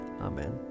Amen